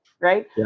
Right